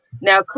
Now